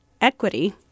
Equity